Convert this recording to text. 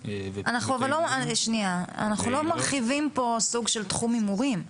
--- אבל אנחנו לא מרחיבים פה סוג של תחום הימורים.